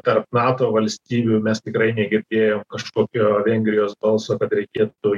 tarp nato valstybių mes tikrai negirdėjom kažkokio vengrijos balso kad reikėtų